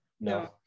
No